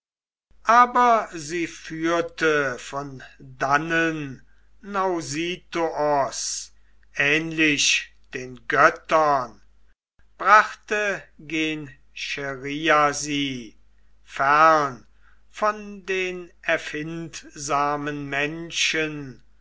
aber sie führte von dannen nausithoos ähnlich den göttern brachte gen scheria sie fern von den erfindsamen menschen